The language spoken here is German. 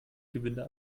gewinde